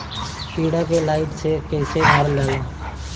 कीड़ा के लाइट से कैसे मारल जाई?